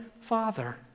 father